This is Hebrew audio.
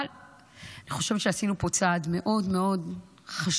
אבל אני חושבת שעשינו פה צעד מאוד מאוד חשוב,